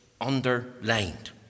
underlined